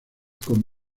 con